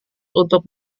untuk